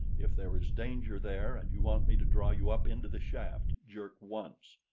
if there is danger there and you want me to draw you up into the shaft, jerk once.